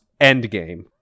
Endgame